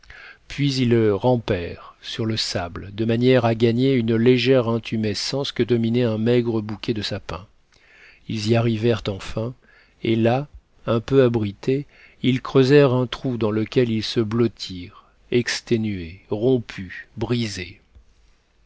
puis ils rampèrent sur le sable de manière à gagner une légère intumescence que dominait un maigre bouquet de sapins ils y arrivèrent enfin et là un peu abrités ils creusèrent un trou dans lequel ils se blottirent exténués rompus brisés